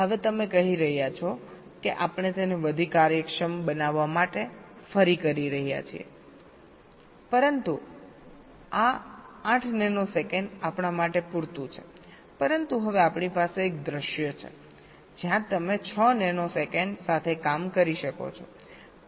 હવે તમે કહી રહ્યા છો કે આપણે તેને વધુ કાર્યક્ષમ બનાવવા માટે ફરી રહ્યા છીએ પરંતુ આ 8 નેનો સેકન્ડ આપણાં માટે પૂરતું છે પરંતુ હવે આપણીપાસે એક દૃશ્ય છે જ્યાં તમે 6 નેનો સેકન્ડ સાથે કામ કરી શકો છો